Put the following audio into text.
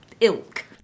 ilk